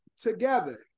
Together